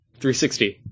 360